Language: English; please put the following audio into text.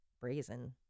Brazen